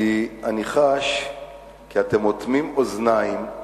כי אני חש שאתם אוטמים אוזניים,